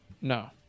No